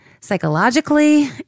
psychologically